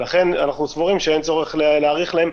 ולכן אנחנו סבורים שאין צורך להאריך להם,